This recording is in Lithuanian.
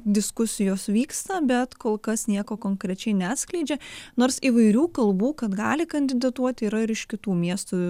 diskusijos vyksta bet kol kas nieko konkrečiai neatskleidžia nors įvairių kalbų kad gali kandidatuoti yra ir iš kitų miestų